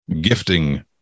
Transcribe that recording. gifting